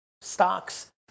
stocks